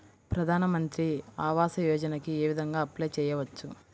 ప్రధాన మంత్రి ఆవాసయోజనకి ఏ విధంగా అప్లే చెయ్యవచ్చు?